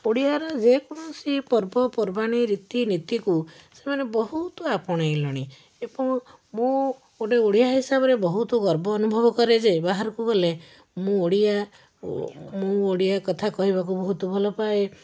ଓଡ଼ିଆରେ ଯେକୌଣସି ପର୍ବପର୍ବାଣୀ ରୀତିନୀତିକୁ ସେମାନେ ବହୁତ ଆପଣେଇଲେଣି ଏବଂ ମୁଁ ଗୋଟେ ଓଡ଼ିଆ ହିସାବରେ ବହୁତ ଗର୍ବ ଅନୁଭବ କରେ ଯେ ବାହାରକୁ ଗଲେ ମୁଁ ଓଡ଼ିଆ ଓ ମୁଁ ଓଡ଼ିଆ କଥା କହିବାକୁ ବହୁତ ଭଲପାଏ